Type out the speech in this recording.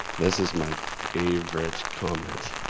this is my favorite comment!